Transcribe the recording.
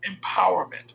empowerment